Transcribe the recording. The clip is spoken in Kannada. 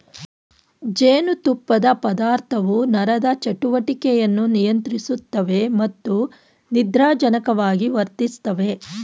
ಜೇನುತುಪ್ಪದ ಪದಾರ್ಥವು ನರದ ಚಟುವಟಿಕೆಯನ್ನು ನಿಯಂತ್ರಿಸುತ್ತವೆ ಮತ್ತು ನಿದ್ರಾಜನಕವಾಗಿ ವರ್ತಿಸ್ತವೆ